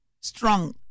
strong